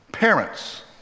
Parents